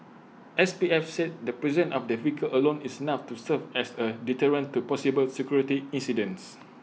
S P F said the presence of the vehicle alone is enough to serve as A deterrent to possible security incidents